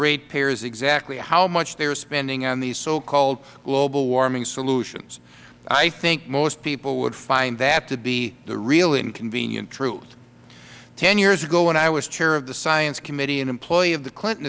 ratepayers exactly how much they are spending on these so called global warming solutions i think most people would find that to be the real inconvenient truth ten years ago when i was chair of the science committee an employee of the clinton